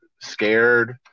scared